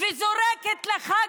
וזורקת לך גרוש,